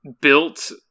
built